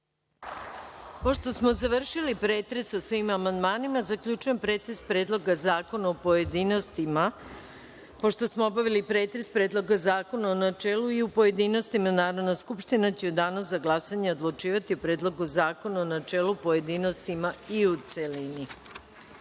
Pošto smo završili pretres o svim amandmanima, zaključujem pretres Predloga zakona u pojedinostima. Pošto smo obavili pretres Predloga zakona u načelu i u pojedinostima, Narodna skupština će u Danu za glasanje odlučivati o Predlogu zakona u načelu, pojedinostima i u celini. Primili